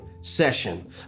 session